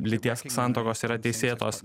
lyties santuokos yra teisėtos